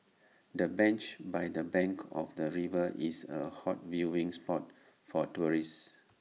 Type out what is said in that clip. the bench by the bank of the river is A hot viewing spot for tourists